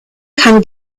kann